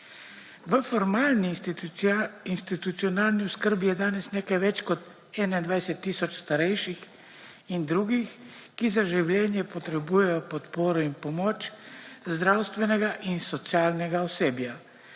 V formalni institucionalni oskrbi je danes nekaj več kot 21 tisoč starejših in drugih, ki za življenje potrebujejo podporo in pomoč zdravstvenega in socialnega osebja.